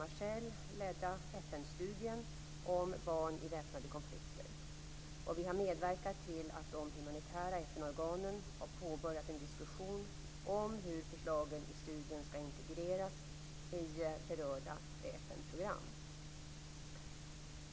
FN-studien om barn i väpnade konflikter, och vi har medverkat till att de humanitära FN-organen har påbörjat en diskussion om hur förslagen i studien skall integreras i berörda FN-program.